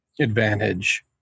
advantage